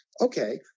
okay